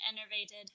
enervated